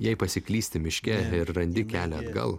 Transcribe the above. jei pasiklysti miške ir randi kelią atgal